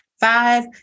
Five